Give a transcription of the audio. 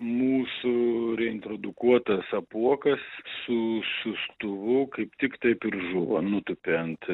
mūsų reintrodukuotas apuokas su siųstuvu kaip tik taip ir žuvo nutūpė ant